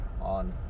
on